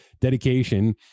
dedication